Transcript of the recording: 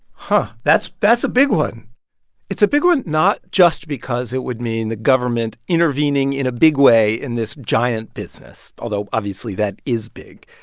but that's that's a big one it's a big one not just because it would mean the government intervening in a big way in this giant business although, obviously, that is big.